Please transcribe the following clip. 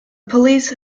police